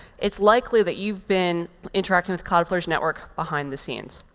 it's likely that you've been interacting with cloudflare's network behind the scenes.